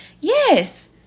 yes